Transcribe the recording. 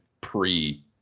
pre